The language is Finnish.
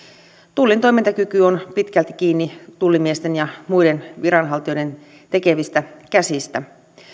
tullin toimintakyky on pitkälti kiinni tullimiesten ja muiden viranhaltijoiden tekevistä käsistä